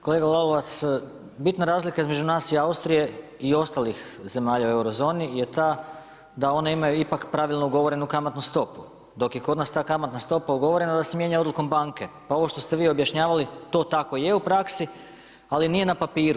Kolega Lalovac bitna razlika između nas i Austrije i ostalih zemalja u eurozoni je ta da one imaju ipak pravilno ugovorenu kamatnu stopu, dok je ta kamatna stopa ugovorena da se mijenja odlukom banke, pa ovo što ste vi objašnjavali to tako je u praksi ali nije na papiru.